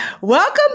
Welcome